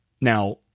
Now